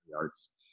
arts